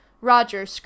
Roger